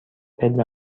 پله